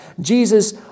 Jesus